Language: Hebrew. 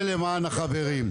למען החברים.